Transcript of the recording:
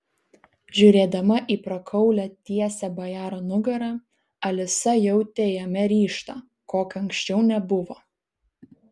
žiūrėdama į prakaulią tiesią bajaro nugarą alisa jautė jame ryžtą kokio anksčiau nebuvo